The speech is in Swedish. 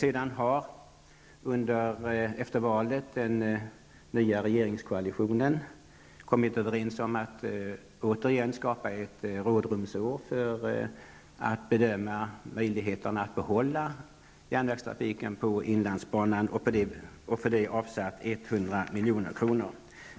Efter valet har den nya regeringskoalitionen kommit överens om att återigen skapa ett rådrumsår för att bedöma möjligheten att behålla järnvägstrafiken på inlandsbanan. För detta har man avsatt 100 milj.kr.